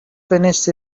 finished